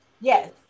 yes